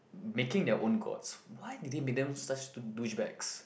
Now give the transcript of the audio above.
making their own gods why they did they make them such douch~ douchebags